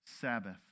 Sabbath